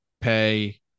pay